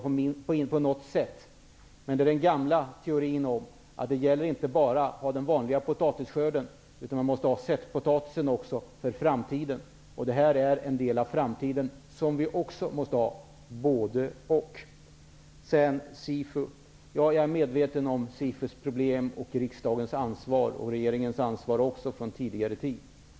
Det handlar om den gamla teorin att man inte bara skall ha den vanliga potatisskörden, utan att man också måste ha sättpotatis för framtiden. Detta är en del av framtiden som vi också måste ha. Det handlar om både--och. Jag är medveten om SIFU:s problem och riksdagens och regeringens ansvar från tidigare tid.